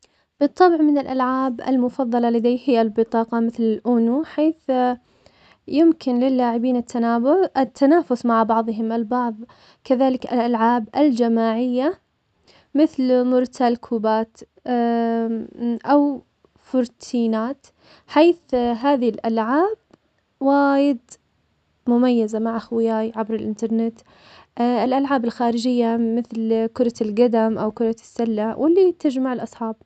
بالطبع من الأحداث اللي ممكن تساهم في تكوين حياتك, وتأثر عليك, هي موضوع التخرج, فالتخرج نقطة تحول كبيرة في حياة الشخص, وكذلك بعدها البدء في عمل جديد وهذا يصقل شخصيتي بشكل كبير, وأيضاً الإنتقال من مكان إلى مكان آخر, وهذه أشياء كلها